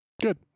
good